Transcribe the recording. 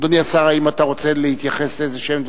אדוני השר, האם אתה רוצה להתייחס לדברים כלשהם?